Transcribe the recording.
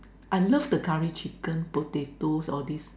I loved the Curry Chicken potatoes all these